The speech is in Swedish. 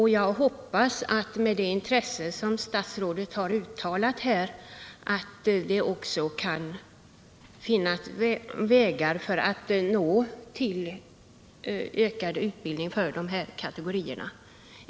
Med tanke på det intresse som statsrådet har uttalat här hoppas jag att det också kan finnas vägar att nå fram till ökad utbildning för de här kategorierna.